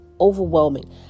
overwhelming